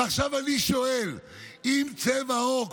ועכשיו אני שואל אם צבע עור,